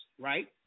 right